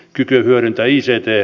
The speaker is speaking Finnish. city ryntäiiseen tee